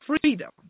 freedom